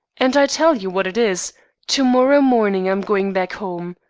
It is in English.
and i tell you what it is to-morrow morning i'm going back home.